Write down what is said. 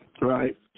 right